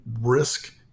risk